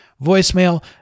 voicemail